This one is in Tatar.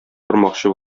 бармакчы